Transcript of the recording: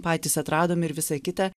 patys atradom ir visa kita